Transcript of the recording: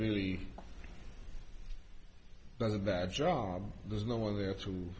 really does a bad job there's no one there to